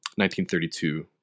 1932